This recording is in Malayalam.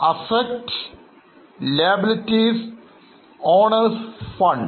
അതായത് Assets Liabilities Owner's fund